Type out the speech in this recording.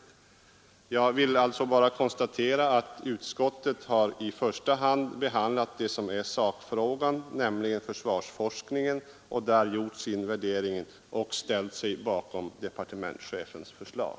Slutligen vill jag alltså bara konstatera att utskottet i första hand behandlat det som är sakfrågan, nämligen försvarsforskningen, gjort sin värdering och ställt sig bakom departementschefens förslag.